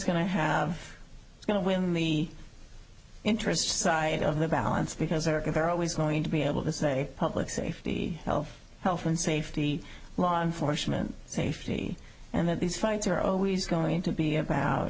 going to have going to win the interest side of the balance because erica they're always going to be able to say public safety health health and safety law enforcement safety and then these fights are always going to be about